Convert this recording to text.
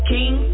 King